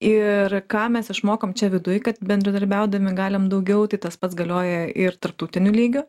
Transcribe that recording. ir ką mes išmokom čia viduj kad bendradarbiaudami galim daugiau tai tas pats galioja ir tarptautiniu lygiu